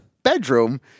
Bedroom